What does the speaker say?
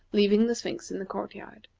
leaving the sphinx in the court-yard.